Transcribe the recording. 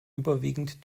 überwiegend